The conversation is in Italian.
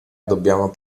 dobbiamo